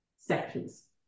Sections